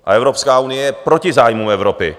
A Evropská unie je proti zájmům Evropy.